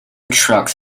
trucks